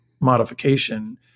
modification